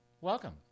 welcome